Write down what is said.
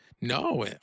No